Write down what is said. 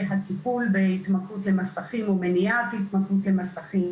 הטיפול בהתמכרות למסכים או מניעת התמכרות למסכים,